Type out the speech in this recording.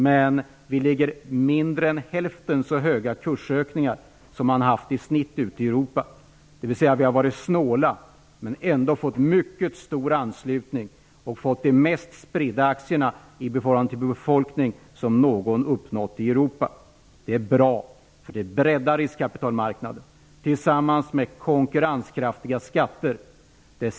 Men vi har mindre än hälften så stora kursökningar som man har haft i snitt ute i Europa, dvs. vi har varit snåla men ändå fått mycket stor anslutning och fått de mest spridda aktierna i förhållande till befolkningen som någon uppnått i Europa. Det är bra, för det breddar riskkapitalmarknaden, tillsammans med konkurrenskraftiga skatter.